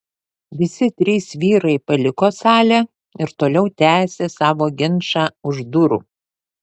visi trys vyrai paliko salę ir toliau tęsė savo ginčą už durų